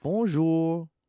Bonjour